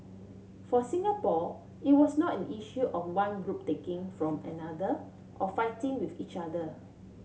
for Singapore it was not an issue of one group taking from another or fighting with each other